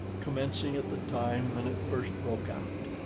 commencing at the time when it first broke out.